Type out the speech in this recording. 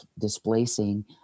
displacing